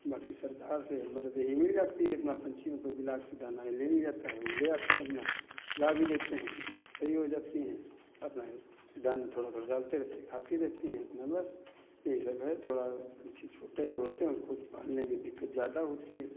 बाकी सरकार से मदद यही मिल जाती है अपना पंछियों को ब्लाक से दाना है लेने जाता है वो ले आते हैं अपना खिला भी देते हैं सही हो जाती हैं अपना ये दाना थोड़ा थोड़ा डालते रहते हैं खाती रहती हैं अपना बस यही सब है थोड़ा पंछी छोटे जो होते हैं उसको तो पालने में दिक्कत ज़्यादा होती है